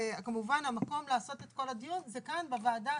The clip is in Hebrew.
כמובן המקום לעשות את כל הדיון זה כאן בוועדה,